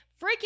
freaking